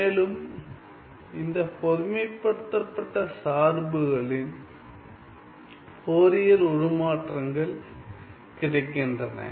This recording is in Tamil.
மேலும் இந்த பொதுமைப்படுத்தப்பட்ட சார்புகளின் ஃபோரியர் உருமாற்றங்கள் கிடைக்கின்றன